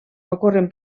ocorren